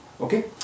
Okay